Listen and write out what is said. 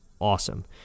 awesome